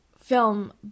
film